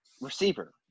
receiver